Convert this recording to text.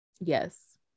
Yes